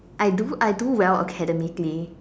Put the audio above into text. I do I do well academically